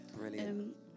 Brilliant